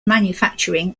manufacturing